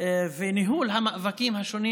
וניהול המאבקים השונים,